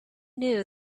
knew